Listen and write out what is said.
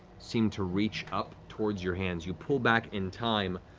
seem to reach up towards your hands. you pull back in time,